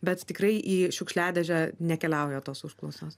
bet tikrai į šiukšliadėžę nekeliauja tos užklausos